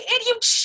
idiot